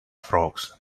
frogs